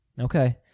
Okay